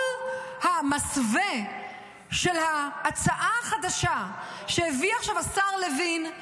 כל המסווה של ההצעה החדשה שהביא עכשיו השר לוין,